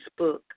Facebook